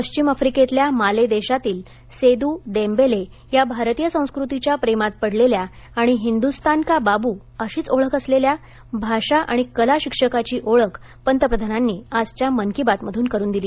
पश्चिम आफ्रिकेतल्या माले देशातील सेद् देमबेले या भारतीय संस्कृतीच्या प्रेमात पडलेल्या आणि हिंदुस्तान का बाबू अशीच ओळख बनलेल्या भाषा आणि कला शिक्षकाची ओळख पंतप्रधानांनी आजच्या मन की बात मधून करून दिली